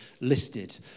listed